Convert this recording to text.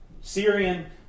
Syrian